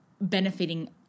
benefiting